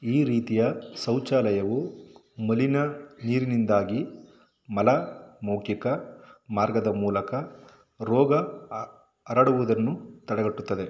ಈ ರೀತಿಯ ಶೌಚಾಲಯವು ಮಲಿನ ನೀರಿನಿಂದಾಗಿ ಮಲ ಮೌಖಿಕ ಮಾರ್ಗದ ಮೂಲಕ ರೋಗ ಹರಡುವುದನ್ನು ತಡೆಗಟ್ಟುತ್ತದೆ